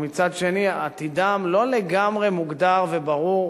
ומצד שני עתידם לא לגמרי מוגדר וברור,